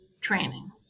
training